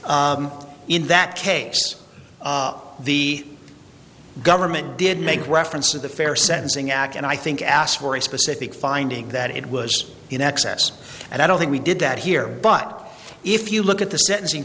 in that case the government did make reference to the fair sentencing act and i think asked for a specific finding that it was in excess and i don't think we did that here but if you look at the sentencing